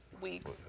Weeks